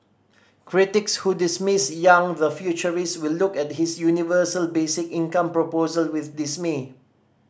critics who dismiss Yang the futurist will look at his universal basic income proposal with dismay